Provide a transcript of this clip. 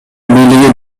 бийлиги